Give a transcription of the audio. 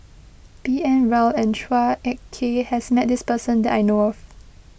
B N Rao and Chua Ek Kay has met this person that I know of